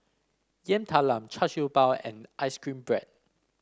Yam Talam Char Siew Bao and ice cream bread